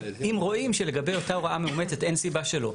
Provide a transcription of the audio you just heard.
אם רואים שלגבי אותה הוראה מאומצת אין סיבה שלא,